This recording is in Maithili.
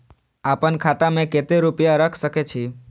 आपन खाता में केते रूपया रख सके छी?